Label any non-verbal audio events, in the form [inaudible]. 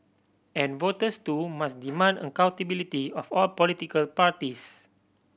and voters too [unintelligible] demand accountability of all political parties